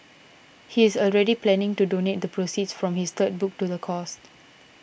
he is already planning to donate the proceeds from his third book to the cause